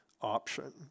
option